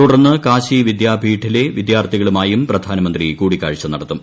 തുടർന്ന് കാശി വിദ്യാപീഠിലെ വിദ്യാർത്ഥികളുമായും പ്രധാനമന്ത്രി കൂടിക്കാഴ്ച നടത്തും